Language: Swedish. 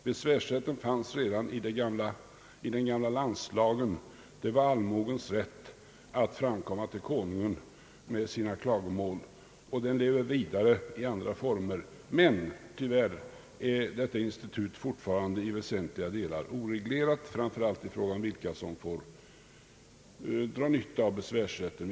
Besvärsrätten fanns redan i den gamla landslagen — det var allmogens rätt att framkomma till konungen med sina klagomål — och den lever vidare i andra former. Men tyvärr är detta institut fortfarande i väsentliga delar oreglerat, framför allt i fråga om vilka som får utnyttja besvärsrätten.